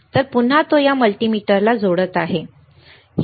तर पुन्हा तो या मल्टीमीटरला जोडत आहे बरोबर